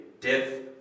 death